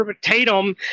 Tatum